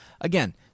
again